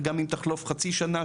וגם אם תחלוף חצי שנה,